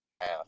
Half